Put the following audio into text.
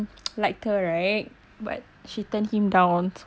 like her right but she turned him down